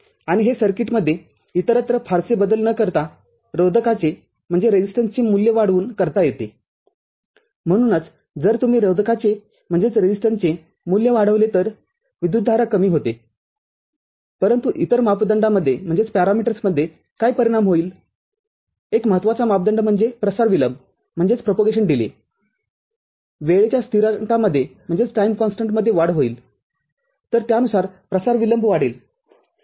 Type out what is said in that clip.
आणि हे सर्किटमध्ये इतरत्र फारसे बदल न करता रोधकाचे मूल्य वाढवून करता येते म्हणूनच जर तुम्ही रोधकाचे मूल्य वाढविले तर विद्युतधारा कमी होतेपरंतु इतर मापदंडामध्ये काय परिणाम होईल एक महत्त्वाचा मापदंड म्हणजे प्रसार विलंब वेळेच्या स्थिरांकामध्येवाढ होईल तर त्यानुसार प्रसार विलंब वाढेल